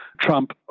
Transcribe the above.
Trump